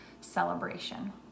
celebration